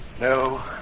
No